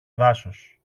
δάσος